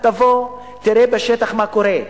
תבוא, תראה בשטח מה קורה,